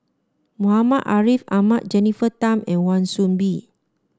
Muhammad Ariff Ahmad Jennifer Tham and Wan Soon Bee